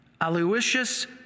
Aloysius